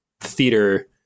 theater